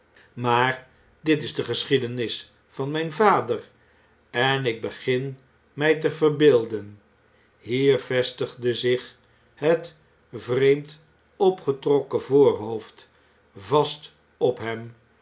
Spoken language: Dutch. maar dit is de geschiedenis van mijn vader en ik begin mij te verbeelden hier vestigde zich het vreemd opgetrokken voorhoofd vast op hem